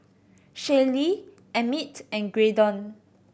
Shaylee Emmitt and Graydon